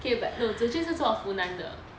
okay but zi jun 是做 funan 的